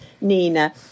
Nina